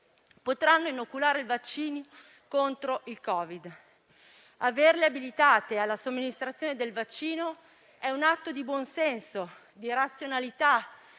potranno inoculare i vaccini contro il Covid. Averle abilitate alla somministrazione del vaccino è un atto di buon senso, di razionalità,